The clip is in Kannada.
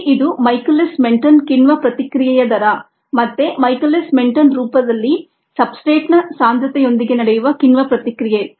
ಇಲ್ಲಿ ಇದು ಮೈಕೆಲಿಸ್ ಮೆನ್ಟೆನ್ ಕಿಣ್ವ ಪ್ರತಿಕ್ರಿಯೆಯ ದರ ಮತ್ತೆ ಮೈಕೆಲಿಸ್ ಮೆನ್ಟೆನ್ ರೂಪದಲ್ಲಿ ಸಬ್ಸ್ಟ್ರೇಟ್ನ ಸಾಂದ್ರತೆಯೊಂದಿಗೆ ನಡೆಯುವ ಕಿಣ್ವ ಪ್ರತಿಕ್ರಿಯೆ